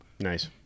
Nice